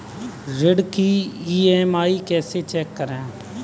ऋण की ई.एम.आई कैसे चेक करें?